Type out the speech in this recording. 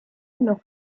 noch